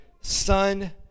son